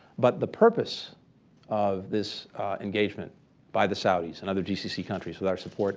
but the purpose of this engagement by the saudis and other gcc countries with our support